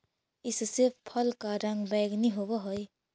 इसके फल का रंग बैंगनी होवअ हई